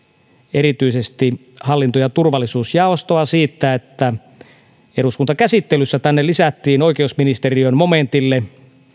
erityisesti hallinto ja turvallisuusjaostoa siitä että eduskuntakäsittelyssä tänne lisättiin oikeusministeriön momentille